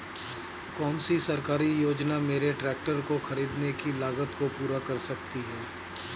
कौन सी सरकारी योजना मेरे ट्रैक्टर को ख़रीदने की लागत को पूरा कर सकती है?